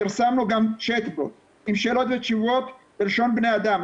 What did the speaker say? פרסמנו גם צ'ט בוט עם שאלות ותשובות בלשון בני אדם,